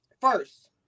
first